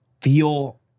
feel